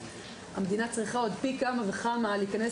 המדינה צריכה עוד פי כמה וכמה להיכנס